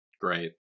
Great